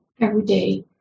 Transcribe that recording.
everyday